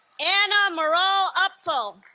anna maral apffel